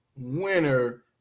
winner